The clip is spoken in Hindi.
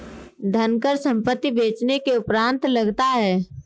धनकर संपत्ति बेचने के उपरांत लगता है